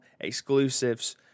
exclusives